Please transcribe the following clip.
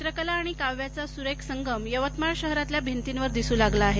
चित्रकला आणि काव्याचा सुरेख संगम यवतमाळ सहरातल्या भिंतीवर दिसू लागला आहे